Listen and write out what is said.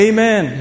Amen